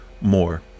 more